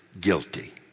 guilty